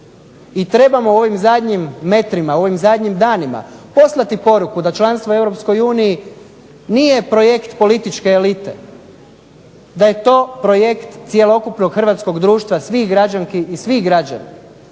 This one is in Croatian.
I trebamo u ovim zadnjim metrima u ovim zadnjim danima da članstvo u EU nije projekt političke elite da je to projekt cjelokupnog hrvatskog društva svih građanki i svih građana.